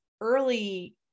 early